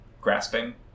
grasping